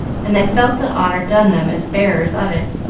and they felt the honor done them as bearers of it.